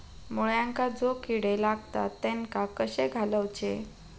मुळ्यांका जो किडे लागतात तेनका कशे घालवचे?